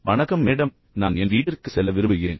வணக்கம் மேடம் நான் என் வீட்டிற்கு செல்ல விரும்புகிறேன்